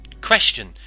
Question